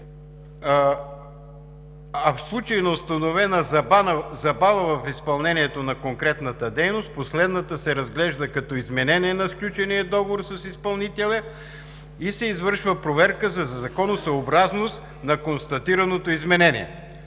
че в случай на установено забавяне в изпълнението на конкретната дейност, последната се разглежда като изменение на сключения договор с изпълнителя и се извършва проверка за законосъобразност на констатираното изменение.